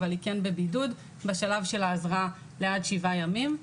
אבל היא כן בבידוד בשלב של ההזרעה ועד שבעה ימים.